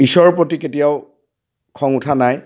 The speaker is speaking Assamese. ঈশ্বৰৰ প্ৰতি কেতিয়াও খং উঠা নাই